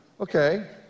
Okay